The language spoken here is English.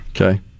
Okay